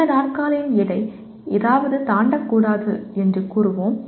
இந்த நாற்காலியின் எடை எதையாவது தாண்டக்கூடாது என்று கூறுவோம்